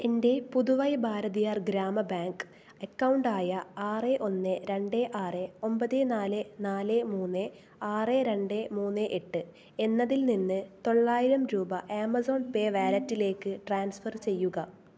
എൻ്റെ Puduvai Bharathiyar Grama bank account ആയ ആറ് ഒന്ന് രണ്ട് ആറ് ഒമ്പത് നാല് നാല് മൂന്ന് ആറ് രണ്ട മൂന്ന് എട്ട് എന്നതിൽനിന്ന് തൊള്ളായിരം രൂപ ആമസോൺ പേ വാലറ്റിലേക്ക് ട്രാൻസ്ഫർ ചെയ്യുക